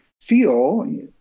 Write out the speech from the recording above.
feel